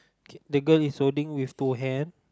K that girl is holding with two hand